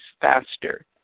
faster